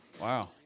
Wow